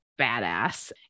badass